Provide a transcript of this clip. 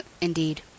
indeed